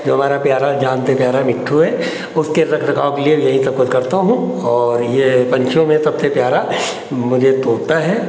जो हमारा प्यारा जान से प्यारा मिट्ठू है उसके रखरखाव के लिए यही सबकुछ करता हूँ और यह पक्षियों में सबसे प्यारा मुझे तोता है